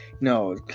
no